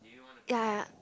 ya